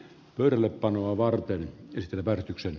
pöydälle panoa varten stewart yksi